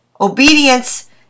Obedience